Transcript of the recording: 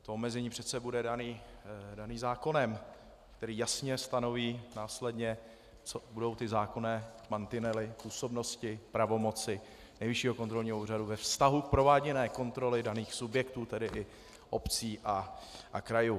To omezení přece bude dáno zákonem, který jasně následně stanoví, co budou ty zákonné mantinely působnosti pravomoci Nejvyššího kontrolního úřadu ve vztahu k prováděné kontrole daných subjektů, tedy i obcí a krajů.